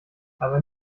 aber